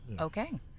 Okay